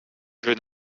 jeune